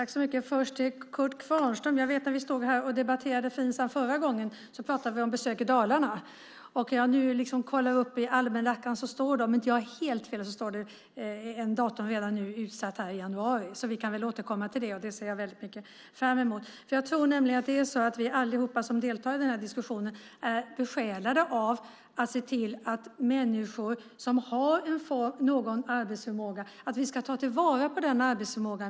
Fru talman! När vi stod här och debatterade Finsam förra gången, Kurt Kvarnström, pratade vi om ett besök i Dalarna. Jag har nu kollat upp i almanackan, och om jag inte har helt fel står där ett datum utsatt redan nu i januari. Vi kan väl återkomma till detta; det ser jag verkligen fram emot. Jag tror nämligen att vi allihop som deltar i diskussionen är besjälade av att se till att vi ska ta vara på arbetsförmågan hos människor som har någon arbetsförmåga.